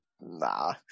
nah